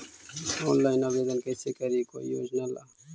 Online आवेदन कैसे करी कोई योजना ला?